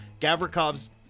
Gavrikov's